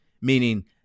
meaning